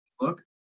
Look